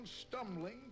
stumbling